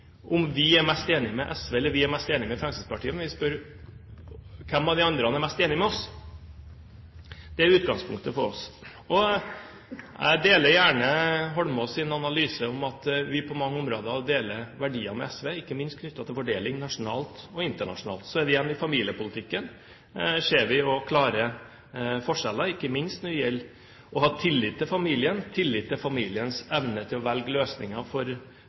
om vi er mest enig med SV eller med Fremskrittspartiet, men hvem av de andre som er mest enig med oss. Det er utgangspunktet for oss. Jeg deler gjerne Holmås’ analyse om at vi på mange områder har de samme verdiene som SV, ikke minst knyttet til fordeling nasjonalt og internasjonalt. Når det gjelder familiepolitikken, ser vi også klare forskjeller, ikke minst når det gjelder å ha tillit til familiens evne til å velge løsninger for